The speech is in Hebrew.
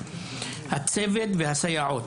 הצוות והסייעות.